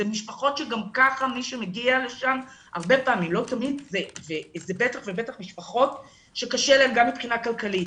הרבה פעמים גם ככה מי שמגיע לשם זה משפחות שקשה להן גם מבחינה כלכלית,